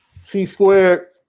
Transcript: C-Squared